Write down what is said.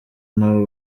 nabo